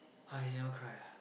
!huh! you never cry ah